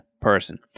person